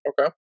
Okay